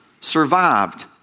survived